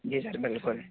जी sir बिल्कुल